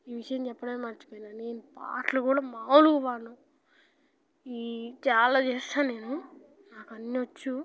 ఈ విషయం చెప్పడమే మర్చిపోయినా నేను పాటలు కూడా మామూలుగా పాడను ఈ చాలా చేస్తాను నేను నాకు అన్నీ వచ్చు